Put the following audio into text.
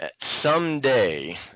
someday